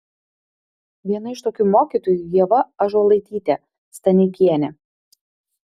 viena iš tokių mokytojų ieva ąžuolaitytė staneikienė